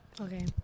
Okay